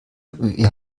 wir